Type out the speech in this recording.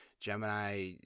Gemini